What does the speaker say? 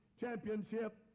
championship